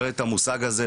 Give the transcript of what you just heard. לא הכרתי את המושג הזה,